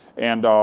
and